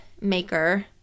maker